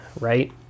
right